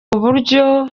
buryo